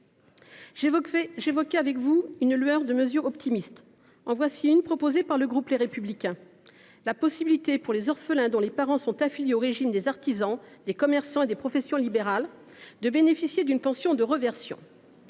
que représentaient certaines mesures. En voici une, proposée par le groupe Les Républicains : la possibilité, pour les orphelins dont les parents sont affiliés au régime des artisans, des commerçants et des professions libérales, de bénéficier d’une pension de réversion.